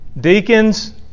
deacons